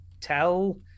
tell